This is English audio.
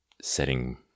setting